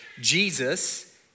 Jesus